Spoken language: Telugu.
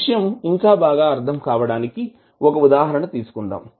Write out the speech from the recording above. ఈ విషయం ఇంకా బాగా అర్థం కావడానికి ఒక ఉదాహరణ తీసుకుందాం